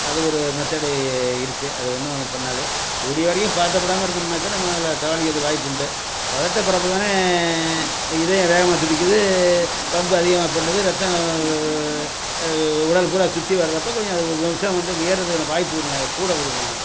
அது ஒரு மெத்தடு இருக்குது அது ஒன்றும் பண்ணாது கூடிய வரையும் பதட்டப்படாமல் இருந்தோம்னாக்கா நம்ம அதில் தபாலிக்கிறதுக்கு வாய்ப்பு உண்டு பதட்டப்படுறப்போ தானே இதயம் வேகமாக துடிக்கிது பம்பு அதிகமாக பண்ணுது ரத்தம் உடல் பூரா சுற்றி வர்றப்ப கொஞ்சம் அது விஷம் வந்து ஏர்றதுக்கான வாய்ப்புகள் கூட கொடுக்குறோம் நம்ம